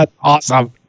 awesome